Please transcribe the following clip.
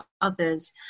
others